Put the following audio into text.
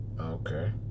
Okay